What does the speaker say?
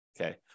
Okay